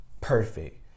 perfect